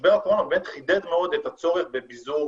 משבר הקורונה חידד מאוד את הצורך בביזור